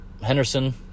Henderson